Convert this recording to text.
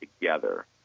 together